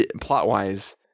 plot-wise